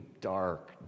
dark